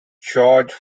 george